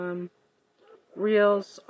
Reels